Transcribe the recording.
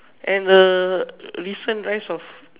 and the recent rise of